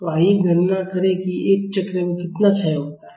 तो आइए गणना करें कि एक चक्र में कितना क्षय होता है